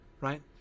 right